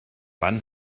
wann